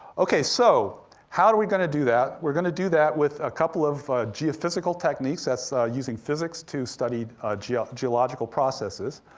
okay, so how are we gonna do that? we're gonna do that with a couple of geophysical techniques, that's using physics to study ah ah geological processes,